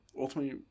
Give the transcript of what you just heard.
ultimately